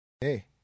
Hey